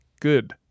good